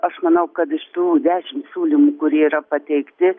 aš manau kad iš tų dešimt siūlymų kurie yra pateikti